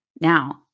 Now